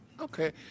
Okay